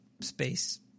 space